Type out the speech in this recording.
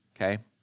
Okay